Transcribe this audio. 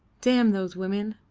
damn those women!